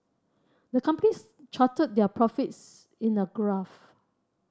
the companies charted their profits in a graph